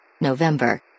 November